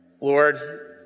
Lord